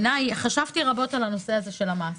חשבתי רבות על נושא המס.